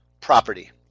property